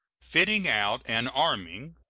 fitting out and arming,